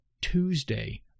Tuesday